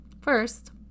First